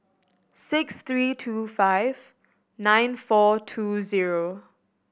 six three two five nine four two zero